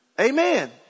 Amen